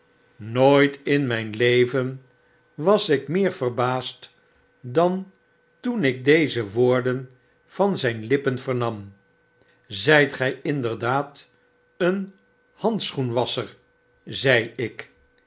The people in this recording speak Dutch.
nooit in myn leven was ik meer verbaasd dan toen ik deze woorden van zyn lippen vernam zyt gy inderdaad een handschoenwasscher zei ik